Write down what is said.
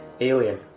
alien